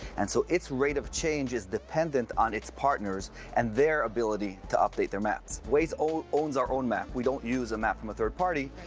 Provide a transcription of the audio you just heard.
and so its rate of change is dependent on its partners and their ability to update their maps. waze owns our own map. we don't use a map from a third party,